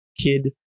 Kid